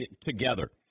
together